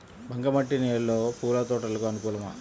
బంక మట్టి నేలలో పూల తోటలకు అనుకూలమా?